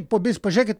pobis pažiūrėkit